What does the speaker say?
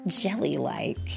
jelly-like